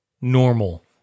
normal